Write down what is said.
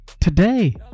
today